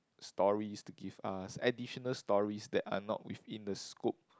stories to give us additional stories that are not within the scope